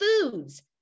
foods